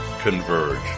converge